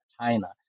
China